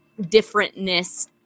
differentness